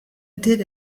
did